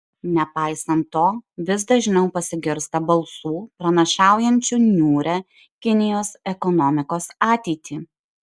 nepaisant to vis dažniau pasigirsta balsų pranašaujančių niūrią kinijos ekonomikos ateitį